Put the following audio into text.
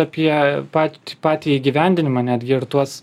apie patį patį įgyvendinimą netgi ir tuos